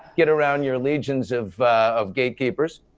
get around your legions of of gatekeepers.